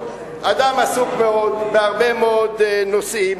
אדם עסוק מאוד בהרבה מאוד נושאים,